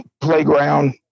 playground